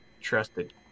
trusted